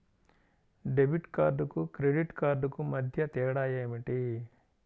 Debit కార్డుకు credit కార్డుకు మధ్య తేడా ఏమిటీ?